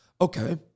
Okay